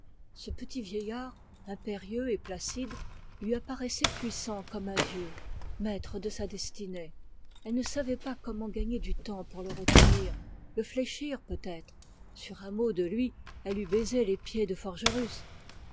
ce petit vieillard lui apparaissait puissant comme un dieu maître de sa destinée elle ne savait comment gagner du temps pour le retenir le fléchir peut-être sur un mot de lui elle eût baisé les pieds de forgerus